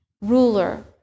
ruler